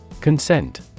Consent